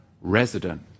resident